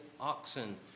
oxen